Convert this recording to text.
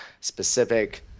specific